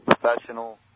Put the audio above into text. professional